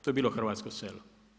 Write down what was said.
To je bilo hrvatsko selo.